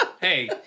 Hey